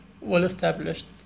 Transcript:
well-established